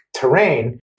terrain